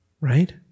right